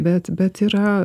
bet bet yra